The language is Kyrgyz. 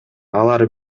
алар